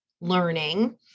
learning